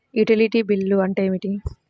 Utility bill అంటే ఏమిటి?